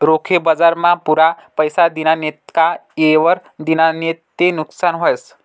रोखे बजारमा पुरा पैसा दिना नैत का येयवर दिना नैत ते नुकसान व्हस